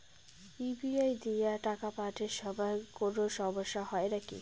UPI দিয়া টাকা পাঠের সময় কোনো সমস্যা হয় নাকি?